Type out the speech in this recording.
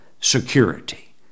security